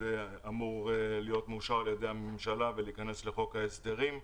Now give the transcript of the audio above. זה אמור להיות מאושר על ידי הממשלה ולהיכנס לחוק ההסדרים.